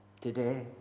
Today